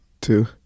two